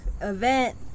event